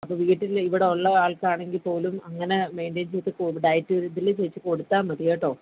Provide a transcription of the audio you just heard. അപ്പോൾ വീട്ടിൽ ഇവിടെ ഉള്ള ആൾക്കാണെങ്കിൽ പോലും അങ്ങനെ മെയ്ൻറ്റെയ്ൻ ചെയ്ത് പോകും ഡയറ്റ് ഇതിൽ വെച്ച് കൊടുത്താൽ മതി കേട്ടോ